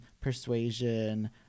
persuasion